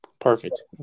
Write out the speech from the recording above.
perfect